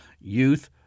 youth